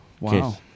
Wow